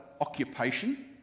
occupation